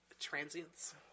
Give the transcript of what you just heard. transients